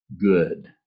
good